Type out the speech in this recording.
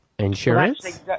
Insurance